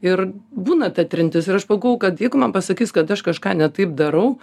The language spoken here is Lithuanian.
ir būna ta trintis ir aš pagalvojau kad jeigu man pasakys kad aš kažką ne taip darau